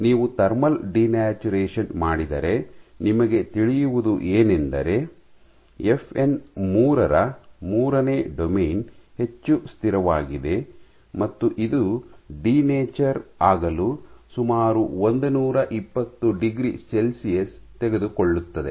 ನೀವು thermal denaturation ಮಾಡಿದರೆ ನಿಮಗೆ ತಿಳಿಯುವುದು ಏನೆಂದರೆ ಎಫ್ಎನ್ ಮೂರು ರ ಮೂರನೇ ಡೊಮೇನ್ ಹೆಚ್ಚು ಸ್ಥಿರವಾಗಿದೆ ಮತ್ತು ಇದು ಡಿನ್ಯಾಚರ್ ಆಗಲು ಸುಮಾರು ಒಂದುನೂರ ಇಪ್ಪತ್ತು ಡಿಗ್ರಿ ಸೆಲ್ಸಿಯಸ್ ತೆಗೆದುಕೊಳ್ಳುತ್ತದೆ